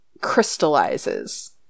crystallizes